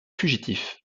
fugitifs